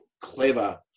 clever